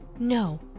No